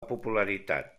popularitat